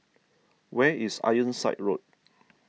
where is Ironside Road